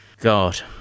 God